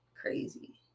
crazy